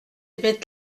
bêtes